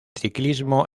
ciclismo